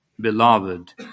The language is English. beloved